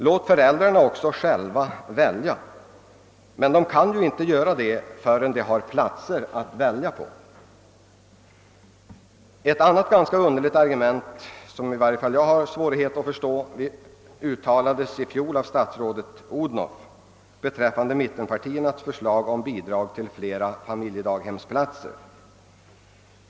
Låt föräldrarna också själva få välja vilken tillsynsform de önskar! De kan emellertid inte göra detta förrän de har olika slags platser att välja mellan. Ett annat ganska underligt argument, som i varje fall jag har svårt att förstå, anfördes i fjol av statsrådet fru Odhnoff mot mittenpartiernas förslag om bidrag till flera familjedaghemsplatser.